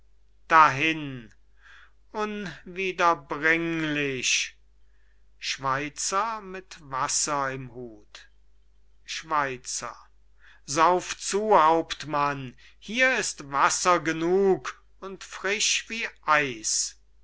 dahin unwiederbringlich schweizer mit wasser im hut schweizer sauf zu hauptmann hier ist wasser genug und frisch wie eis